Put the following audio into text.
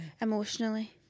Emotionally